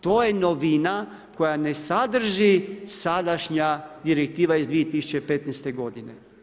To je novina koja ne sadrži sadašnja direktiva iz 2015. godine.